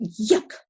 Yuck